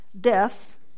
death